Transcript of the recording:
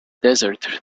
desert